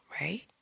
right